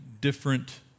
different